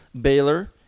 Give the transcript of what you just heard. Baylor